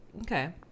Okay